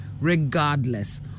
regardless